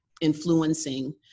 influencing